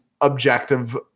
objective